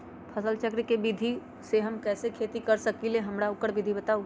फसल चक्र के विधि से हम कैसे खेती कर सकलि ह हमरा ओकर विधि बताउ?